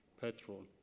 petrol